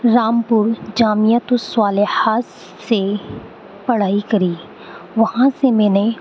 رام پور جامعة الصالحات سے پڑھائی كری وہاں سے میں نے